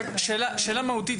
יש לי שאלה מהותית,